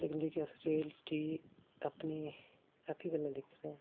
लेकिन जेह्की अस रियालटी अपनी अक्खीं कन्नै दिक्खचै